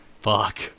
fuck